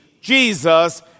Jesus